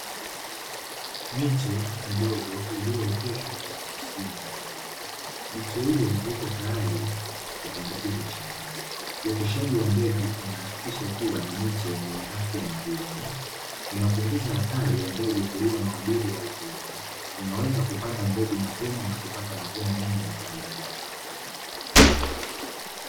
Miche midogo iliyooteshwa kwenye vishimo mbalimbali, miche hiyo iko tayari kupandikizwa shambani. Uoteshaji wa mbegu unahakikisha kuwa na miche yenye afya na nguvu, unapunguza hatari ya mbegu kuliwa na wadudu au kuoza, unaweza kupanda mbegu mapema na kupata mavuno mengi na zaidi.